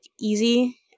easy